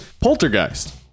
poltergeist